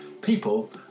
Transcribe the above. people